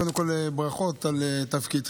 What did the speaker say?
קודם כול, ברכות על תפקידך.